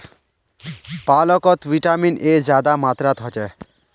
पालकोत vitamin A ज्यादा मात्रात होछे